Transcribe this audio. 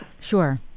Sure